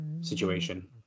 situation